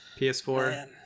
ps4